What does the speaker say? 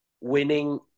winning